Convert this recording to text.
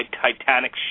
Titanic